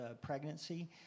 pregnancy